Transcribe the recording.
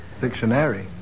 Dictionary